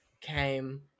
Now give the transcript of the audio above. came